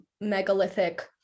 megalithic